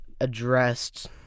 addressed